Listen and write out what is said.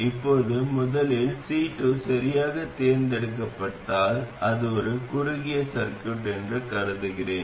இப்போது முதலில் C2 சரியாக தேர்ந்தெடுக்கப்பட்டதால் அது ஒரு குறுகிய சர்கியூட் என்று கருதுகிறேன்